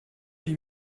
die